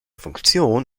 funktion